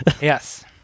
Yes